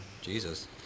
jesus